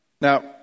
Now